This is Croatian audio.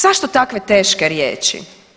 Zašto takve teške riječi?